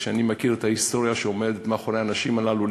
כשאני מכיר את ההיסטוריה שעומדת מאחורי האנשים הללו,